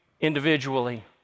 individually